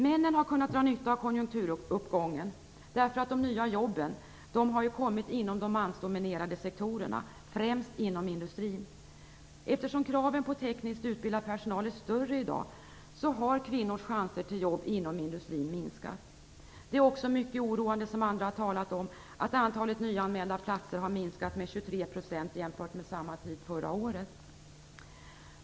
Männen har kunnat dra nytta av konjunkturuppgången. De nya jobben har ju kommit till inom de mansdominerade sektorerna, främst inom industrin. Eftersom kraven på tekniskt utbildad personal är större i dag, har kvinnors chanser till jobb inom industrin minskat. Det är också oroande, vilket även andra har nämnt, att antalet nyanmälda platser minskat med 23 % jämfört med samma tid förra året.